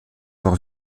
voir